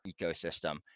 ecosystem